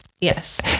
Yes